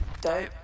dope